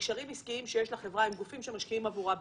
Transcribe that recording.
מקשרים עסקיים שיש לחברה עם גופים שמשקיעים עבורה בחו"ל.